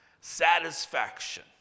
Satisfaction